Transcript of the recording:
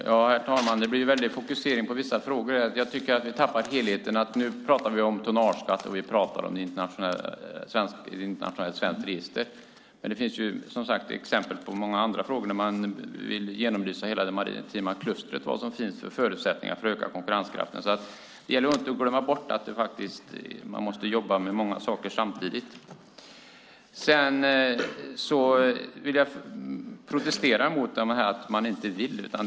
Herr talman! Det blir mycket fokusering på enskilda frågor och jag tycker att vi tappar bort helheten. Nu talar vi om tonnageskatt och ett svenskt internationellt register, men det finns också många andra frågor när man vill genomlysa hela det maritima klustret och vilka förutsättningar det finns till att öka konkurrenskraften. Det gäller att inte glömma bort att man måste jobba med många saker samtidigt. Jag vill protestera mot att vi inte vill göra något.